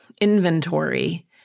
inventory